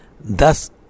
thus